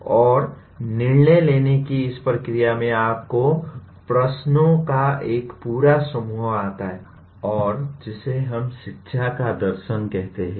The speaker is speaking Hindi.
और निर्णय लेने की इस प्रक्रिया में आपको प्रश्नों का एक पूरा समूह आता है और जिसे हम शिक्षा का दर्शन कहते हैं